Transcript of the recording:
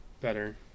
better